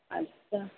اچھا